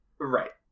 right